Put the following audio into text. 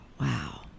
Wow